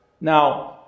Now